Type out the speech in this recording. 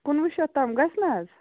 کُنوُہ شیٚتھ تَام گَژھِ نَہ حَظ